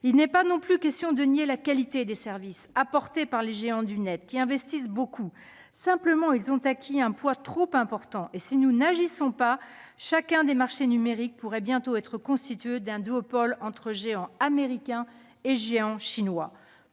Il n'est pas non plus question de nier la qualité des services apportés par les géants du Net, qui investissent beaucoup. Simplement, ils ont acquis un poids trop important, et, si nous n'agissons pas, tous les marchés numériques pourraient bientôt être constitués d'un duopole formé d'un géant américain et d'un géant chinois.